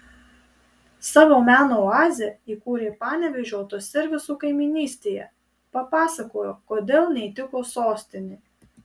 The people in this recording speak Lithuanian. savo meno oazę įkūrė panevėžio autoservisų kaimynystėje papasakojo kodėl neįtiko sostinė